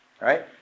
right